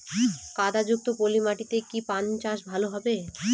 কাদা যুক্ত পলি মাটিতে কি পান চাষ ভালো হবে?